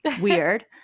weird